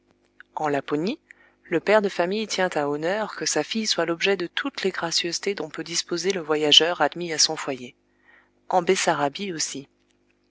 en laponie le père de famille tient à honneur que sa fille soit l'objet de toutes les gracieusetés dont peut disposer le voyageur admis à son foyer en bessarabie aussi